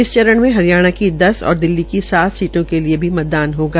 इस चारण में हरियाणा की दस और दिल्ली की सात सीटों के लिये मतदान होगा